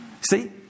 See